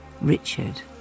Richard